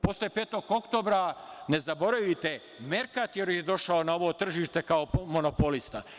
Posle 5. oktobra, ne zaboravite, „Merkator“ je došao na ovo tržište kao monopolista.